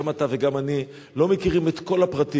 גם אתה וגם אני לא מכירים את הפרטים,